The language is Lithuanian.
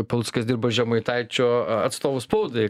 paluckas dirba žemaitaičio atstovu spaudai